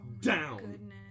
Down